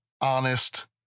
honest